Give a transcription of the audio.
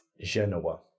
Genoa